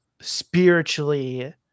spiritually